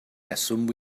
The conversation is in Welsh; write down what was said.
reswm